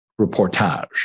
reportage